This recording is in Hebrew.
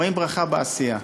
רואים ברכה בעשייה.